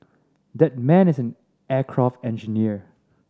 that man is an aircraft engineer